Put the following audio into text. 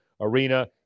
arena